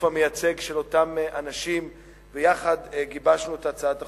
המייצג של אותם אנשים ויחד גיבשנו את הצעת החוק.